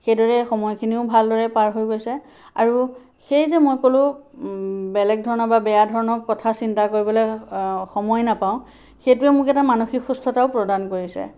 সেইদৰে সময়খিনিও ভালদৰে পাৰ হৈ গৈছে আৰু সেই যে মই ক'লো বেলেগ ধৰণৰ বা বেয়া ধৰণৰ কথা চিন্তা কৰিবলে সময় নাপাওঁ সেইটোৱে মোক এটা মানসিক সুস্থতাও প্ৰদান কৰিছে